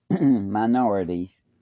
minorities